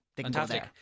fantastic